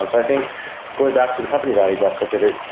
i think going back to the company value's aspect of it,